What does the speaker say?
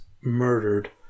murdered